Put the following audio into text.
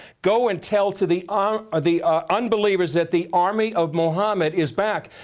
go and tell to the ah ah the unbelievers that the army of mohamed is back.